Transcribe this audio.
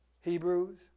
Hebrews